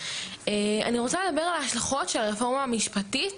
אני רוצה לדבר על ההשלכות של הרפורמה המשפטית,